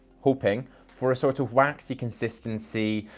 hoping for a sort of waxy consistency,